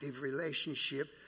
relationship